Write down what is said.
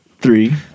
three